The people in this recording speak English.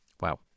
Wow